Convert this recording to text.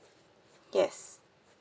yes